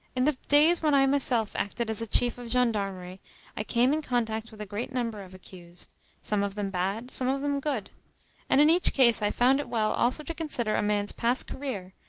in the days when i myself acted as a chief of gendarmery i came in contact with a great number of accused some of them bad, some of them good and in each case i found it well also to consider a man's past career,